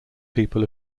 people